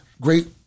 great